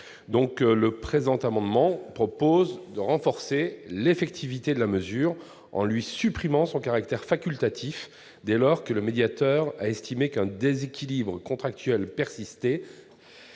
sens. Le présent amendement tend donc à renforcer l'effectivité de la mesure, en supprimant son caractère facultatif. Dès lors que le médiateur a estimé qu'un déséquilibre contractuel persistait,